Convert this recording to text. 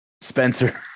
Spencer